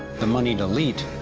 the moneyed elite,